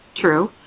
true